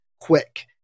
quick